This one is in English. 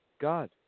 God